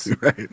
Right